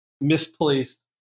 misplaced